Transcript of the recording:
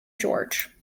george